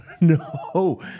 no